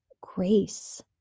grace